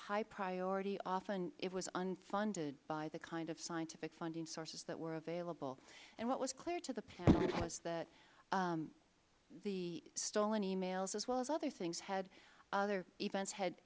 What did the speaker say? high priority often it was unfunded by the kind of scientific funding sources that were available and what was clear to the panel was that the stolen e mails as well as other things other events had